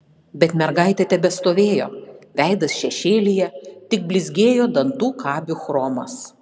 bet mergaitė tebestovėjo veidas šešėlyje tik blizgėjo dantų kabių chromas